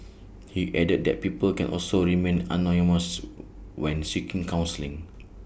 he added that people can also remain anonymous when when seeking counselling